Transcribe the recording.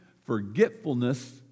Forgetfulness